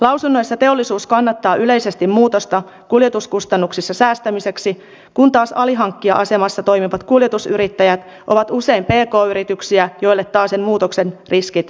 lausunnoissa teollisuus kannattaa yleisesti muutosta kuljetuskustannuksissa säästämiseksi kun taas alihankkija asemassa toimivat kuljetusyrittäjät ovat usein pk yrityksiä joille taasen muutoksen riskit siirtyvät